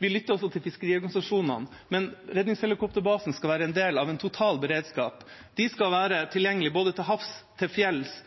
vi lytter også til fiskeriorganisasjonene, men redningshelikopterbasen skal være en del av en total beredskap. Den skal være tilgjengelig både til havs, til fjells,